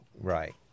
Right